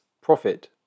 profit